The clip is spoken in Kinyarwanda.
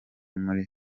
muri